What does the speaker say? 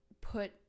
put